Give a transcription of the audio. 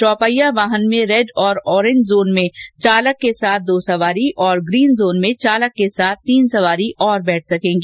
चौपहिया वाहन में रेड और ओरेंज जोन में चालक के साथ दो सवारी और ग्रीन जोन में चालक के साथ तीन सवारी और बैठ सकेंगी